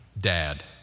Dad